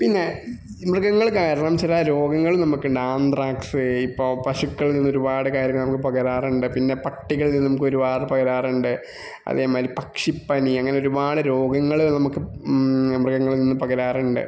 പിന്നെ മൃഗങ്ങള് കാരണം ചില രോഗങ്ങൾ നമുക്കുണ്ടാകും ആന്ത്രാക്സ് ഇപ്പോൾ പശുക്കളിൽ നിന്നൊരുപാട് കാര്യങ്ങൾ നമ്മൾക്ക് പകരാറുണ്ട് പിന്നെ പട്ടികളിൽ നമുക്കൊരുപാട് പകരാറുണ്ട് അതേ മാതിരി പക്ഷിപ്പനി അങ്ങനൊരുപാട് രോഗങ്ങള് നമുക്ക് മൃഗങ്ങളിൽ നിന്ന് പകരാറുണ്ട്